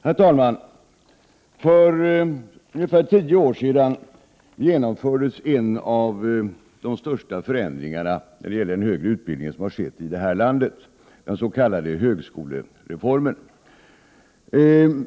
Herr talman! För ungefär tio år sedan genomfördes en av de största förändringar som har skett i det här landet när det gäller den högre utbildningen, den s.k. högskolereformen.